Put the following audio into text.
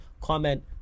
comment